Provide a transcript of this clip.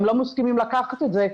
הם לא מסכימים לקחת את זה,